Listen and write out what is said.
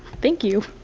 thank you.